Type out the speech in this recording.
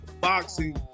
boxing